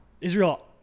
Israel